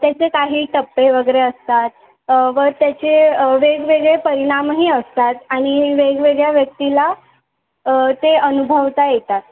त्याचे काही टप्पे वगैरे असतात व त्याचे वेगवेगळे परिणामही असतात आणि वेगवेगळ्या व्यक्तीला ते अनुभवता येतात